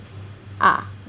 ah